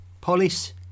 Polis